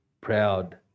proud